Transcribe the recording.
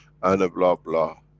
and bla bla.